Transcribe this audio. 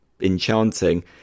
enchanting